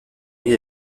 riz